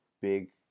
big